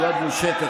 יד מושטת,